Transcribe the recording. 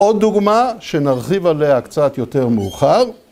עוד דוגמה שנרחיב עליה קצת יותר מאוחר.